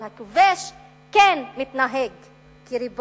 אבל הכובש כן מתנהג כריבון.